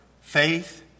faith